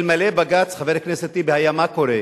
אלמלא בג"ץ, חבר הכנסת טיבי, מה היה קורה?